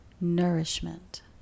nourishment